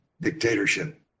dictatorship